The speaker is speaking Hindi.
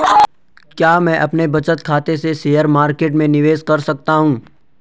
क्या मैं अपने बचत खाते से शेयर मार्केट में निवेश कर सकता हूँ?